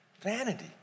vanity